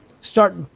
start